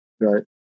right